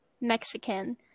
Mexican